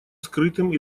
скрытым